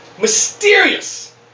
mysterious